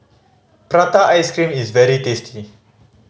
prata ice cream is very tasty